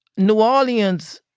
new orleans,